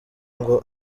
ngo